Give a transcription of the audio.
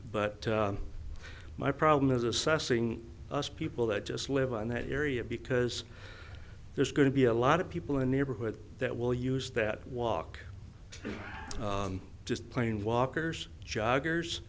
but my problem is assessing people that just live on that area because there's going to be a lot of people in the neighborhood that will use that walk just plain walkers joggers